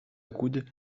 coude